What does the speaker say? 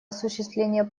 осуществление